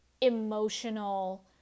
emotional